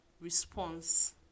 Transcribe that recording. response